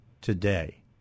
today